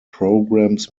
programs